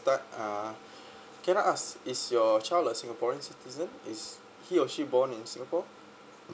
start uh can I ask is your child a singaporeans citizen is he or she born in singapore